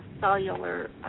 cellular